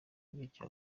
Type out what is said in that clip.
bityo